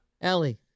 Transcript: Ellie